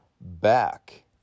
back